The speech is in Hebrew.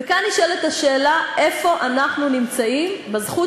וכאן נשאלת השאלה איפה אנחנו נמצאים בזכות